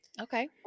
Okay